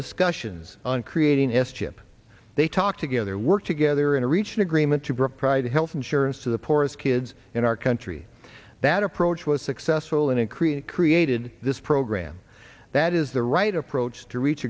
discussions on creating s chip they talk together work together and reach an agreement to bring private health insurance to the poorest kids in our country that approach was successful and created created this program that is the right approach to reach